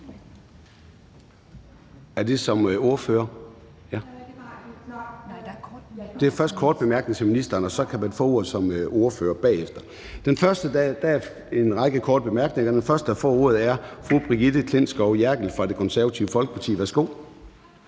at udtale sig? Der er først korte bemærkninger til ministeren, og så kan man få ordet som ordfører bagefter. Den første, der får ordet, er fru Brigitte Klintskov Jerkel fra Det Konservative Folkeparti. Værsgo.